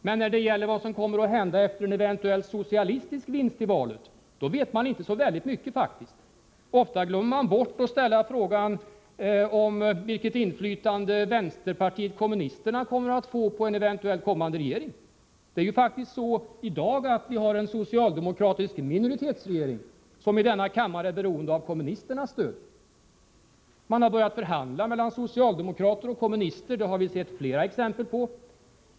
Men när det gäller vad som kommer att hända efter en eventuell socialistisk vinst i valet vet man faktiskt inte särskilt mycket. Ofta glömmer man bort att ställa frågan vilket inflytande vänsterpartiet kommunisterna kommer att få på en eventuellt kommande regering. Det är ju faktiskt så i dag att vi har en socialdemokratisk minoritetsregering, som i denna kammare är beroende av kommunisternas stöd. Man har börjat förhandla mellan socialdemokrater och kommunister — det har vi sett flera exempel på.